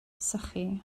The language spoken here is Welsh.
sychu